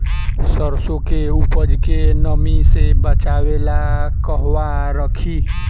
सरसों के उपज के नमी से बचावे ला कहवा रखी?